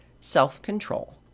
self-control